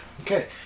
Okay